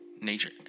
nature